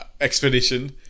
expedition